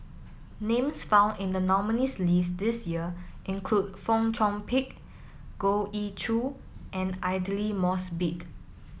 names found in the nominees' list this year include Fong Chong Pik Goh Ee Choo and Aidli Mosbit